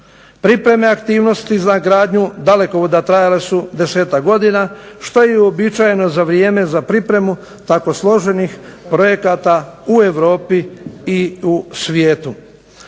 Pripreme aktivnosti za gradnju dalekovoda trajale su 10-ak godina, što je i uobičajeno za vrijeme za pripremu tako složenih projekata u Europi i u svijetu.